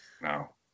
No